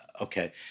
Okay